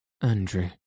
Andrew